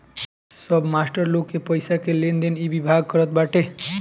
सब मास्टर लोग के पईसा के लेनदेन इ विभाग करत बाटे